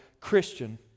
Christian